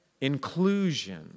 inclusion